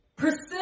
Priscilla